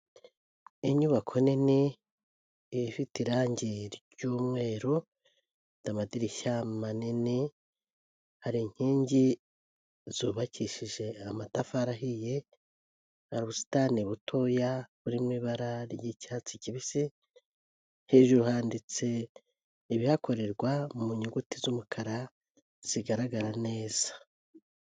Inyubako nini ifite irange ry'umweru, amadirishya manini, hari inkingi zubakishije amatafari ahiye, hari ubusitani butoya buri mu ibara ry'icyatsi kibisi, hejuru handitse ibihakorerwa mu nyuguti z'umukara zigaragara neza.